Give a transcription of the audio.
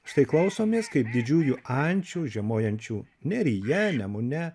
štai klausomės kaip didžiųjų ančių žiemojančių neryje nemune